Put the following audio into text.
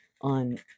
on